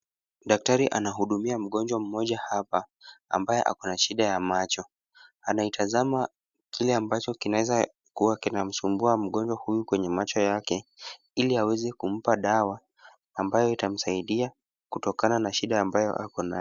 Daktari anahudumia mgonjwa mmoja hapa ambaye ako na shida ya macho. Anaitazama kile ambacho kinaweza kuwa kinamsumbua mgonjwa huyu kwenye macho yake ili aweze kumpa dawa ambayo itamsaidia kutokana na shida amabayo ako nayo.